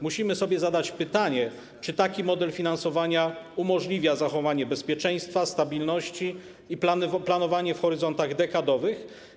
Musimy sobie zadać pytanie, czy taki model finansowania umożliwia zachowanie bezpieczeństwa, stabilności i planowanie w horyzontach dekadowych.